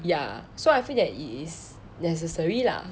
ya so I feel that it is necessary lah